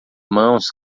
mãos